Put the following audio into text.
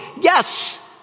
yes